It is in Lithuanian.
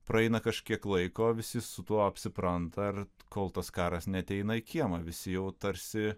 praeina kažkiek laiko visi su tuo apsipranta ir kol tas karas neateina į kiemą visi jau tarsi